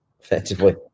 effectively